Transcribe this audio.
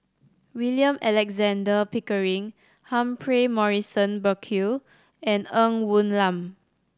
William Alexander Pickering Humphrey Morrison Burkill and Ng Woon Lam